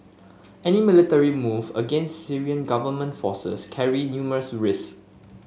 any military move against Syrian government forces carry numerous risk